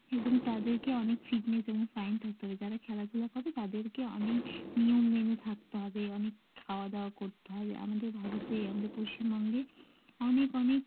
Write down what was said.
এবং তাদেরকে অনেক ফিটনেস এবং ফাইন থাকতে হবে যারা খেলাধুলা করে তাদেরকে অনেক নিয়ম মেনে থাকতে হবে অনেক খাওয়া দাওয়া করতে হবে আমাদের ভারতে আমাদের পশ্চিমবঙ্গে অনেক অনেক